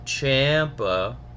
Champa